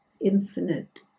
infinite